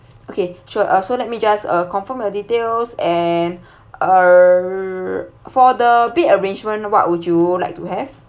okay sure uh so let me just uh confirm your details and err for the bed arrangement what would you like to have